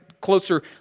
closer